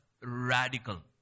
radical